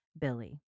Billy